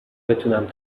بتونم